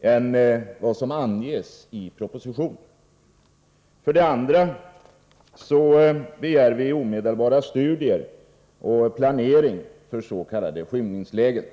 än vad som anges i propositionen. För det andra begär vi omedelbara studier och planering för s.k. skymningslägen.